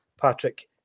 Patrick